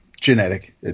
genetic